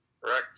correct